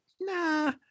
nah